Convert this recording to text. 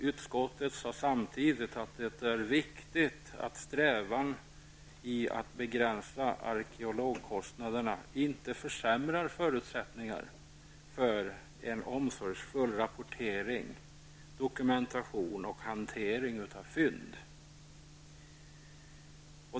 Utskottet uttalade samtidigt att det är viktigt att strävan att begränsa arkeologkostnaderna inte försämrar förutsättningar för en omsorgsfull rapportering, dokumentation och hantering av fynd.